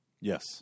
Yes